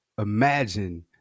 imagine